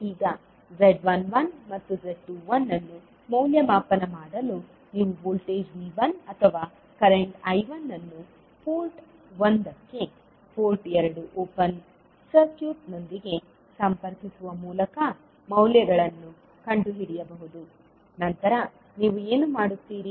ಈಗ z11 ಮತ್ತು z21 ಅನ್ನು ಮೌಲ್ಯಮಾಪನ ಮಾಡಲು ನೀವು ವೋಲ್ಟೇಜ್ V1 ಅಥವಾ ಕರೆಂಟ್ I1 ಅನ್ನು ಪೋರ್ಟ್ 1 ಗೆ ಪೋರ್ಟ್ 2 ಓಪನ್ ಸರ್ಕ್ಯೂಟ್ನೊಂದಿಗೆ ಸಂಪರ್ಕಿಸುವ ಮೂಲಕ ಮೌಲ್ಯಗಳನ್ನು ಕಂಡುಹಿಡಿಯಬಹುದು ನಂತರ ನೀವು ಏನು ಮಾಡುತ್ತೀರಿ